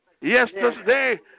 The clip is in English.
yesterday